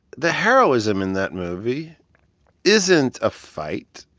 the heroism in that movie isn't a fight.